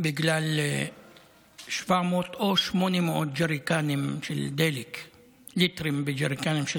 בגלל 700 או 800 ליטר דלק בג'ריקנים.